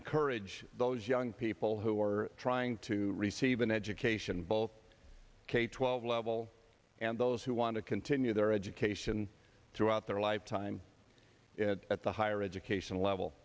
encourage those young people who are trying to receive an education both k twelve level and those who want to continue their education throughout their lifetime at the higher education level